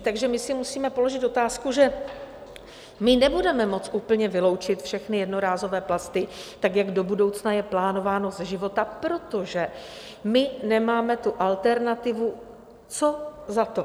Takže si musíme položit otázku, že nebudeme moct úplně vyloučit všechny jednorázové plasty, tak jak do budoucna je plánováno, ze života, protože nemáme alternativu, co za to.